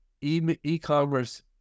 e-commerce